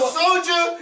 soldier